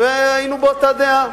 והיינו באותה דעה.